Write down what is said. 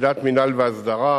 יחידת מינהל והסדרה,